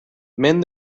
mend